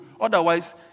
Otherwise